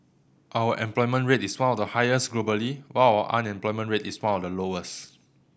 our employment rate is one of the highest globally while our unemployment rate is one of the lowest